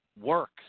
works